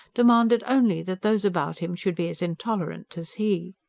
demanded only that those about him should be as intolerant as he.